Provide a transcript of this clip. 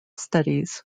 studies